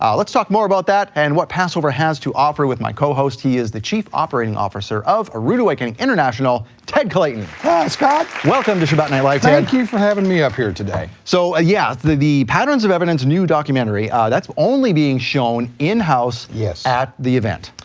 um let's talk more about that and what passover has to offer with my cohost. he is the chief operating officer of a rood awakening international, tedd clayton. hi scott. welcome to shabbat night live tedd. thank you for having me up here today. so ah yeah, the the patterns of evidence new documentary that's only being shown in-house yeah at the event.